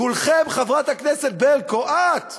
כולכם, חברת הכנסת ברקו, את,